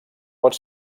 pot